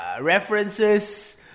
references